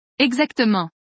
Exactement